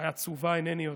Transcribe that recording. אולי עצובה, אינני יודע,